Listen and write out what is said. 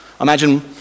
imagine